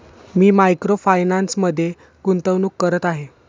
मी micro फायनान्समध्ये गुंतवणूक करत आहे